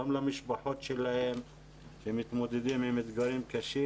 גם למשפחות שלהם שמתמודדות עם אתגרים קשים